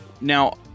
Now